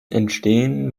entstehen